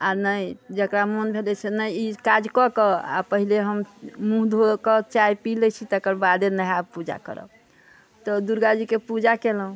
आ नहि जेकरा मोन भेलै नहि ई काज कऽ कऽ आ पहले हम मूँह धोकऽ चाय पी लै छी तकर बादे पूजा करब तऽ दुर्गाजीके पूजा केलहुँ